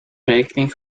rekening